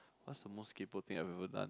what's the most kaypoh thing I ever done